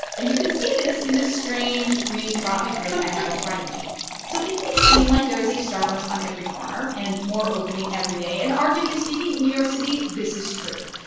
and you can see this in this strange, green frothy drink i have in front of me so it might seem like there is a starbucks on every corner and more opening every day. and arguably speaking, in new york city, this is true.